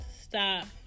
stop